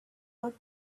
not